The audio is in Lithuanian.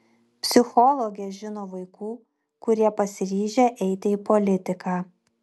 psichologė žino vaikų kurie pasiryžę eiti į politiką